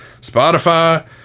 Spotify